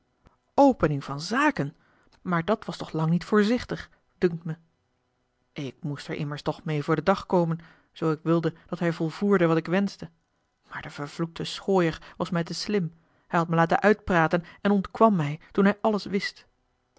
opening van zaken maar dàt was toch lang niet voorzichtig dunkt me k moest er toch immers meê voor den dag komen zoo ik wilde dat hij volvoerde wat ik wenschte maar de vervloekte schooier was mij te slim hij had me laten uitpraten en ontkwam mij toen hij alles wist